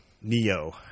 Neo